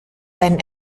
deinen